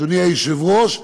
אדוני היושב-ראש,